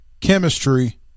chemistry